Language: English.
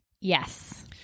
Yes